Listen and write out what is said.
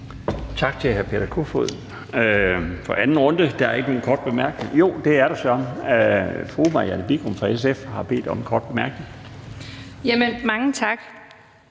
Tak til hr. Peter Kofod som ordfører i anden runde. Der er ikke nogen korte bemærkninger. Jo, det er der søreme: Fru Marianne Bigum fra SF har bedt om en kort bemærkning. Kl.